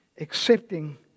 accepting